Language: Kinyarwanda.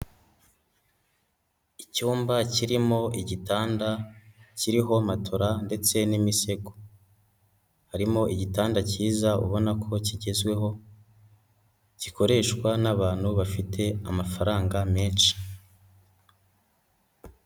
Icyumba kirimo igitanda kiriho matola ndetse n'imisego, harimo igitanda kiza ubona ko kigezweho gikoreshwa n'abantu bafite amafaranga menshi.